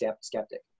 skeptic